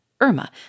Irma